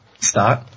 start